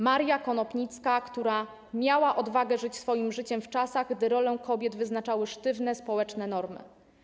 Maria Konopnicka, która miała odwagę żyć swoim życiem w czasach, gdy rolę kobiet wyznaczały sztywne społeczne normy.